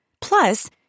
Plus